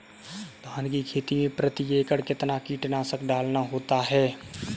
धान की खेती में प्रति एकड़ कितना कीटनाशक डालना होता है?